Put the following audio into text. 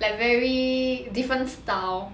like very different style